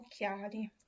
occhiali